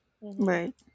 right